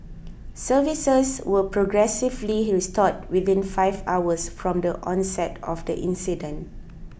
services were progressively restored within five hours from the onset of the incident